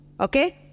Okay